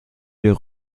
der